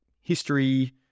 history